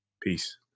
Peace